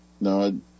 no